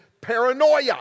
paranoia